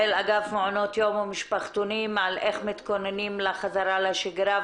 מעונות יום ומשפחתונים על איך מתכוננים לחזרה לש\גרה,